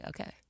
Okay